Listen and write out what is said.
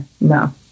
no